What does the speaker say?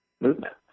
movement